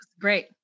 Great